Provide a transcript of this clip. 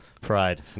pride